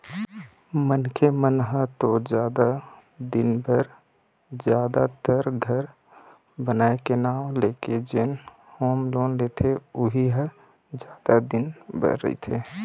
मनखे मन ह तो जादा दिन बर जादातर घर बनाए के नांव लेके जेन होम लोन लेथे उही ह जादा दिन बर रहिथे